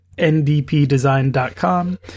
ndpdesign.com